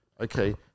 okay